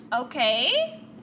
Okay